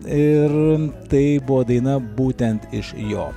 ir tai buvo daina būtent iš jo